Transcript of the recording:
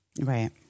Right